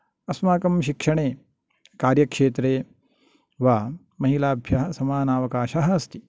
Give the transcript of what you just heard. अस्माकं शिक्षणे कार्यक्षेत्रे वा महिलाभ्यः समानावकाशः अस्ति